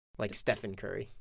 like stephen curry.